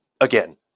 again